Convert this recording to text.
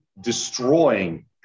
destroying